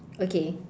okay